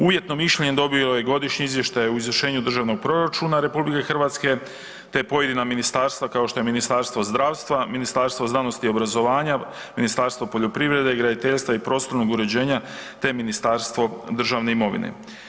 Uvjetno mišljenje dobilo je Godišnji izvještaj o izvršenju Državnog proračuna RH te pojedina ministarstva kao što je Ministarstvo zdravstva, Ministarstvo znanosti i obrazovanja, Ministarstvo poljoprivrede i graditeljstva i prostornog uređenja te Ministarstvo državne imovine.